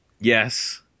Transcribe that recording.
Yes